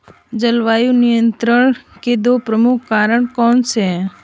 जलवायु नियंत्रण के दो प्रमुख कारक कौन से हैं?